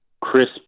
Crisp